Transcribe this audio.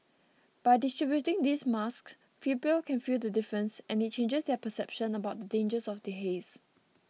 by distributing these masks people can feel the difference and it changes their perception about the dangers of the haze